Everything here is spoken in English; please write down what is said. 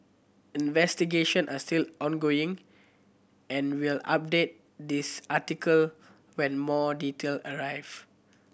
investigation are still ongoing and we'll update this article when more detail arrive